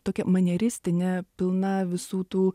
tokia manieristinė pilna visų tų